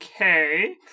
Okay